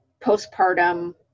postpartum